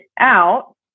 out